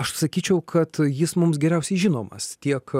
aš sakyčiau kad jis mums geriausiai žinomas tiek